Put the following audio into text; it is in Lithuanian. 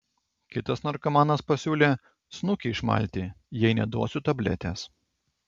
kitas narkomanas pasiūlė snukį išmalti jei neduosiu tabletės